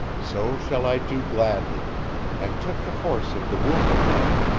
so shall i do gladly and took the horse of the wounded knight,